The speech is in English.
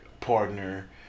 partner